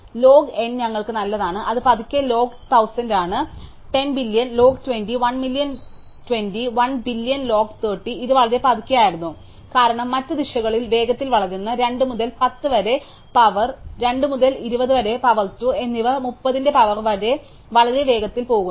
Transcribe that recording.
അതിനാൽ log n ഞങ്ങൾക്ക് നല്ലതാണ് അത് പതുക്കെ ലോഗ് 1000 ആണ് 10 billion log 20 1 million 20 1 billion log 30 ഇത് വളരെ പതുക്കെ ആയിരുന്നു കാരണം മറ്റ് ദിശകളിൽ വേഗത്തിൽ വളരുന്നു 2 മുതൽ 10 വരെ പവർ 2 മുതൽ 20 വരെ പവർ 2 എന്നിവ 30 ന്റെ പവർ വരെ വളരെ വേഗത്തിൽ പോകുന്നു